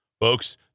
Folks